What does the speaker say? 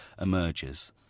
emerges